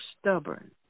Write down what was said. stubborn